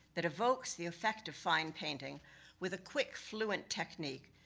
that evokes the effect of fine painting with a quick, fluent technique,